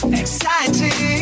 exciting